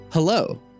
Hello